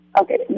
Okay